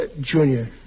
Junior